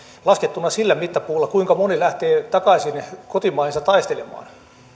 laskettuna sillä mittapuulla kuinka monet lähtevät takaisin kotimaihinsa taistelemaan